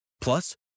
Plus